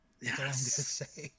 Yes